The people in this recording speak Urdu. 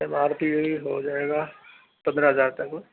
ایم آر پی بھی ہوجائے گا پندرہ ہزار تک میں